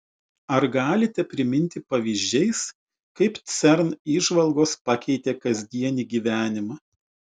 ar galite priminti pavyzdžiais kaip cern įžvalgos pakeitė kasdienį gyvenimą